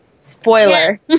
Spoiler